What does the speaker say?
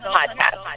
Podcast